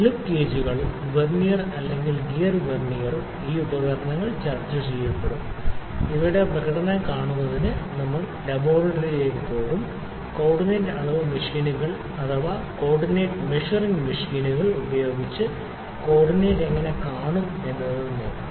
slip ഗേജുകളും vernier അല്ലെങ്കിൽ gear വെർനിയറും ഈ ഉപകരണങ്ങൾ ചർച്ചചെയ്യപ്പെടും ഇവയുടെ പ്രകടനം കാണുന്നതിന് നമ്മൾ ലബോറട്ടറിയിലേക്ക് പോകും കോർഡിനേറ്റ് അളവ് മെഷീനുകൾ അഥവാ കോർഡിനേറ്റ് മെഷറിങ് മെഷീനുകൾ ഉപയോഗിച്ച് കോർഡിനേറ്റ് എങ്ങനെ കാണും എന്നതും നോക്കും